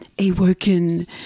awoken